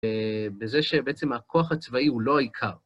בזה שבעצם הכוח הצבאי הוא לא העיקר.